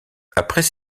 après